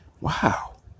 Wow